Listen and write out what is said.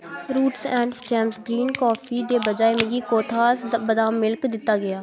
roots and stems green काफी दे बजाए मिगी कोथास बदाम मिल्क दित्ता गेआ